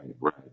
right